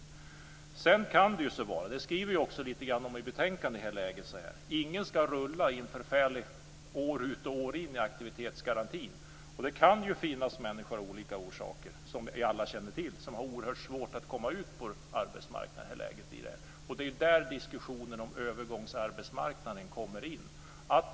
Ingen ska rulla i en förfärlig massa år, år ut och år in, i aktivitetsgarantin. Det skriver vi också lite grann om i betänkandet. Sedan kan det ju finnas människor som av olika orsaker har oerhört svårt att komma ut på arbetsmarknaden. Det känner vi alla till. Det är där som diskussionen om övergångsarbetsmarknaden kommer in.